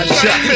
shot